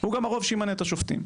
הוא גם הרוב שימנה את השופטים.